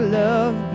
love